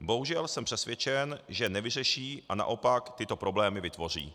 Bohužel jsem přesvědčen, že nevyřeší a naopak tyto problémy vytvoří.